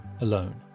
alone